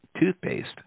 toothpaste